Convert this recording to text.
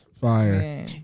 Fire